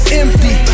empty